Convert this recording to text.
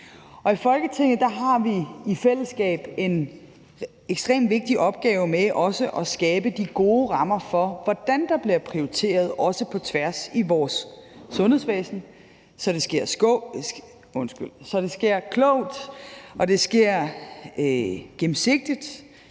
I Folketinget har vi i fællesskab en ekstremt vigtig opgave med også at skabe de gode rammer for, hvordan der bliver prioriteret, også på tværs i vores sundhedsvæsen, så det sker klogt og gennemsigtigt,